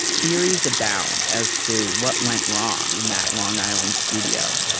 theories abound as to what went wrong in that long island studio.